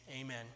amen